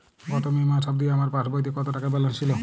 গত মে মাস অবধি আমার পাসবইতে কত টাকা ব্যালেন্স ছিল?